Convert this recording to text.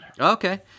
Okay